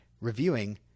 reviewing